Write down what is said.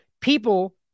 people